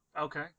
Okay